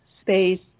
space